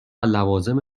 لوازم